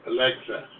Alexa